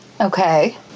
Okay